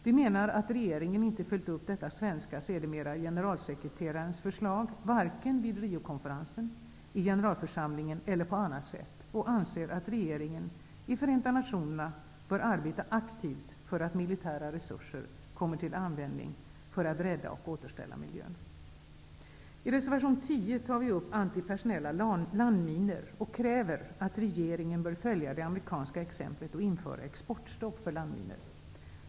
Vi menar att regeringen inte följt upp detta svenska förslag, sedermera generalsekreterarens, vare sig vid Riokonferensen, i generalförsamlingen eller på annat sätt. Vi anser att regeringen i Förenta nationerna aktivt bör arbeta för att militära resurser kommer till användning så att miljön kan räddas och återställas. I reservation l0 tar vi upp antipersonella landminor och kräver att regeringen bör följa det amerikanska exemplet och införa exportstopp för landminor.